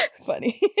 funny